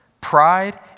Pride